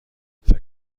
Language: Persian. فکر